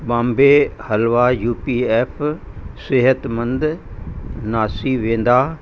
Bombay halwa U P F सिहतमंद नासी वेंदा